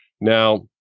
Now